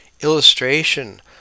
illustration